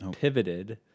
pivoted